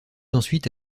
ensuite